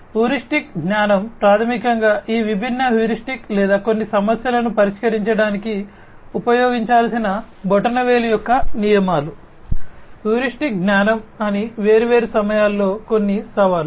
heuristic జ్ఞానం ప్రాథమికంగా ఈ విభిన్న హ్యూరిస్టిక్స్ లేదా కొన్ని సమస్యలను పరిష్కరించడానికి ఉపయోగించాల్సిన బొటనవేలు యొక్క నియమాలు హ్యూరిస్టిక్ జ్ఞానం అని వేర్వేరు సమయాల్లో కొన్ని సవాళ్లు